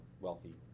wealthy